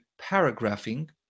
paragraphing